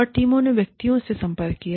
और टीमों ने व्यक्तियों से संपर्क किया